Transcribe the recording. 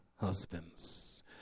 husbands